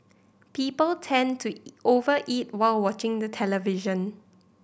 people tend to over eat while watching the television